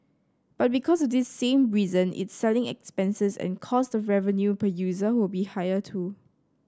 but because of this same reason its selling expenses and cost of revenue per user will be higher too